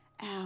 out